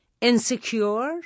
insecure